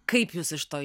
kaip jūs iš to